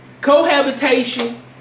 cohabitation